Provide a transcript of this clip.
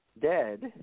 dead